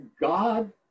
God